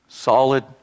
Solid